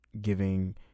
giving